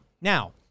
Now